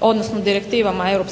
odnosno direktivama EU